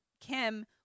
Kim